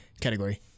category